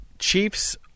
Chiefs